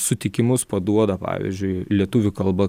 sutikimus paduoda pavyzdžiui lietuvių kalba